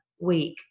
week